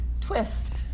twist